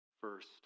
first